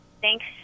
Thanks